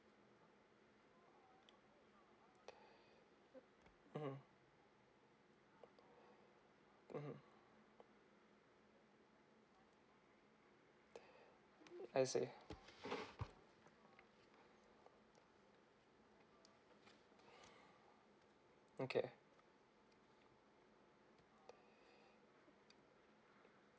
mmhmm mmhmm I see okay